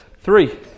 Three